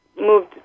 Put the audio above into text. moved